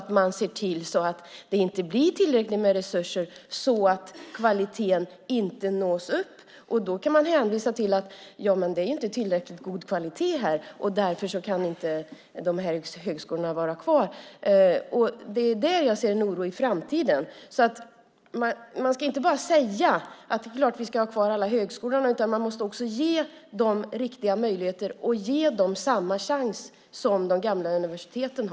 Man kan se till att det inte blir tillräckligt med resurser för att kvaliteten ska uppnås. Då kan man hänvisa till att kvaliteten inte är tillräckligt god, och därför kan dessa högskolor inte vara kvar. Där ser jag en oro för framtiden. Man ska inte bara säga att det är klart att alla högskolor ska vara kvar, utan man måste också ge dem riktiga möjligheter och samma chans som de gamla universiteten.